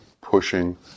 pushing